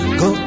go